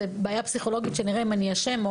זו בעיה פסיכולוגית שנראה אם אני אשם או